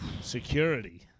security